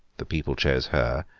the people chose her,